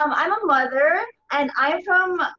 um i'm a mother and i'm from,